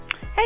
Hey